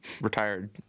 retired